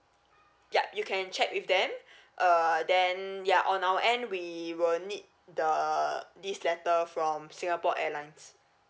yup you can check with them err then ya on our end we will need the this letter from singapore airlines